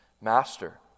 Master